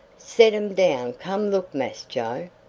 set um down come look mass joe.